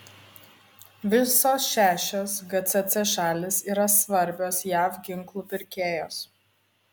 visos šešios gcc šalys yra svarbios jav ginklų pirkėjos